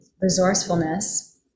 resourcefulness